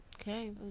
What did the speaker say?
Okay